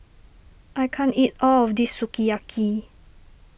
I can't eat all of this Sukiyaki